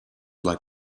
like